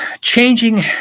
changing